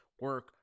Work